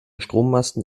strommasten